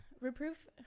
Reproof